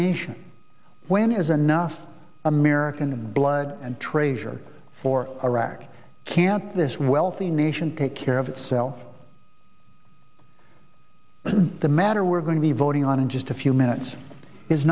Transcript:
nation when is enough american blood and treasure for iraq can't this wealthy nation take care of itself and the matter we're going to be voting on in just a few minutes is